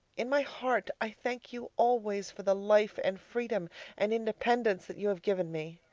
in my heart i thank you always for the life and freedom and independence that you have given me.